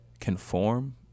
conform